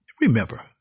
Remember